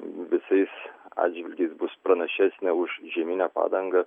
visais atžvilgiais bus pranašesnė už žieminę padangą